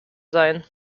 sein